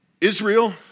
Israel